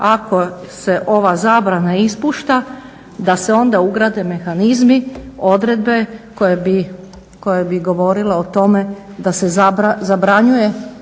ako se ova zabrana ispušta da se onda ugrade mehanizmi odredbe koje bi govorile o tome da se zabranjuje